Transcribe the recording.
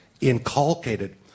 inculcated